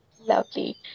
lovely